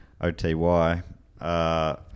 O-T-Y